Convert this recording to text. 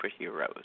superheroes